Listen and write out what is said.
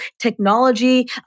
technology